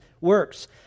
works